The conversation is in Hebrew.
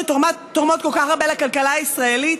שתורמות כל כך הרבה לכלכלה הישראלית,